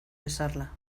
besarla